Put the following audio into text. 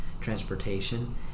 transportation